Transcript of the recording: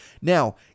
Now